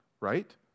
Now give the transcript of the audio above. right